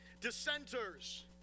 dissenters